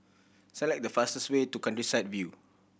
select the fastest way to Countryside View